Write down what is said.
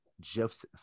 Joseph